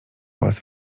was